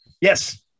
Yes